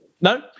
No